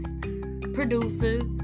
producers